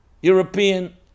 European